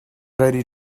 ready